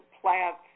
plants